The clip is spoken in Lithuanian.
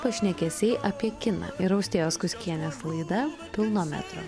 pašnekesiai apie kiną ir austėjos kuckienės laida pilno metro